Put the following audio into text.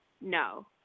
no